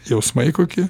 jausmai kokie